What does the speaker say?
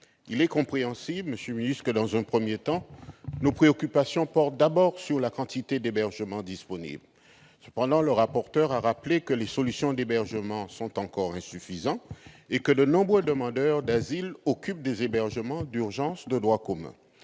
il est compréhensible que, dans un premier temps, nos préoccupations portent d'abord sur la quantité d'hébergements disponibles. M. le rapporteur l'a rappelé, les solutions d'hébergement sont encore insuffisantes et de nombreux demandeurs d'asile occupent des hébergements d'urgence de droit commun.